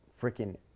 freaking